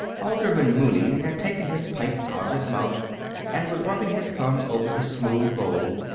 alderman mooney had taken his pipe out of his mouth and was rubbing his thumb over the smooth bowl,